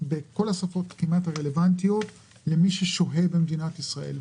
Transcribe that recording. בכל השפות הרלוונטיות של מי ששוהה במדינת ישראל,